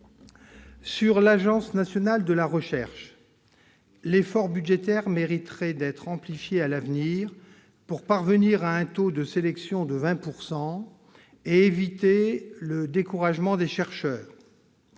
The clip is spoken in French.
Sur l'Agence nationale de la recherche, l'effort budgétaire mériterait d'être amplifié à l'avenir, pour parvenir à un taux de sélection de 20 % et éviter le découragement des chercheurs.